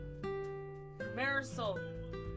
Marisol